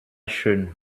schön